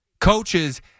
Coaches